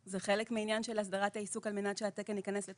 זה חלק מעניין של אסדרת העיסוק על מנת שהתקן ייכנס לתוקף.